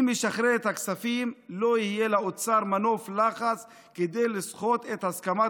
אם ישחרר את הכספים לא יהיה לאוצר מנוף לחץ כדי לסחוט את הסכמת